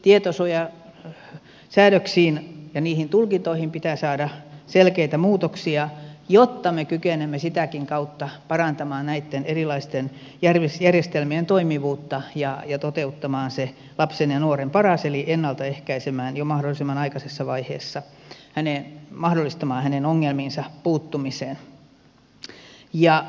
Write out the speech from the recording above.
eli tietosuojasäädöksiin ja niiden tulkintoihin pitää saada selkeitä muutoksia jotta me kykenemme sitäkin kautta parantamaan näitten erilaisten järjestelmien toimivuutta ja voidaan toteuttaa se lapsen ja nuoren paras eli jo mahdollisimman aikaisessa vaiheessa pystytään mahdollistamaan hänen ongelmiinsa puuttuminen